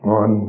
on